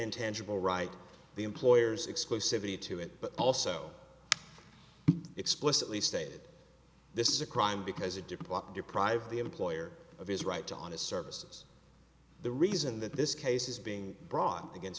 intangible right the employer's exclusivity to it but also explicitly stated this is a crime because a diplomat deprive the employer of his right to on his services the reason that this case is being brought against